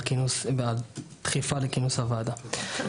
על הדחיפה לכינוס הוועדה,